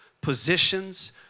positions